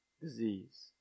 disease